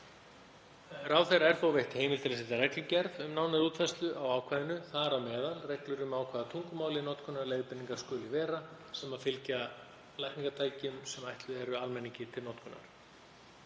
Ráðherra er þó veitt heimild til að setja reglugerð um nánari útfærslu á ákvæðinu, þar á meðal reglur um á hvaða tungumáli notkunarleiðbeiningar skuli vera sem fylgja lækningatækjum sem ætluð eru almenningi til notkunar.